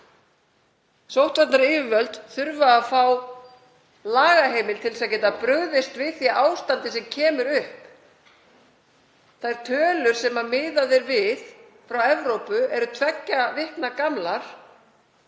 Sóttvarnayfirvöld þurfa að fá lagaheimild til að geta brugðist við því ástandi sem kemur upp. Þær tölur sem miðað er við frá Evrópu eru tveggja vikna gamlar.